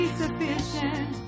sufficient